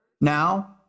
Now